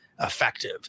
effective